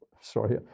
sorry